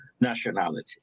nationality